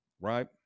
right